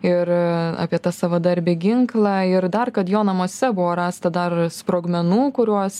ir apie tą savadarbį ginklą ir dar kad jo namuose buvo rasta dar sprogmenų kuriuos